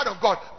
God